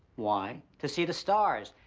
why? to see the stars.